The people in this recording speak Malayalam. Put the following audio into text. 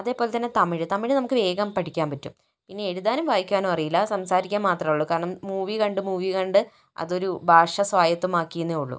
അതേപോലെ തന്നെ തമിഴ് തമിഴ് നമുക്ക് വേഗം പഠിക്കാൻ പറ്റും ഇനി എഴുതാനും വായിക്കാനും അറിയില്ല സംസാരിക്കാൻ മാത്രം ഉള്ളു കാരണം മൂവി കണ്ട് മൂവി കണ്ട് അത് ഒരു ഭാഷ സ്വായക്തമാക്കിയെന്നെ ഉള്ളു